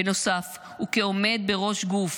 בנוסף, וכעומד בראש גוף